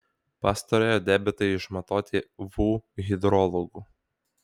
pastarojo debitai išmatuoti vu hidrologų